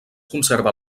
conserva